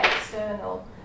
external